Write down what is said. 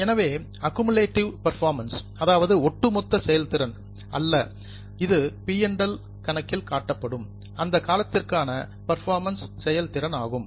எனவே இது accumulative performance ஒட்டுமொத்த செயல்திறன் அல்ல இது பி மற்றும் எல் PL கணக்கில் காட்டப்படும் அந்த காலத்திற்கான பர்பாமன்ஸ் செயல்திறன் ஆகும்